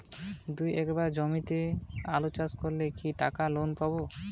দুই একর জমিতে আলু চাষ করলে কি টাকা লোন পাবো?